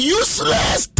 useless